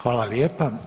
Hvala lijepa.